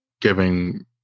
giving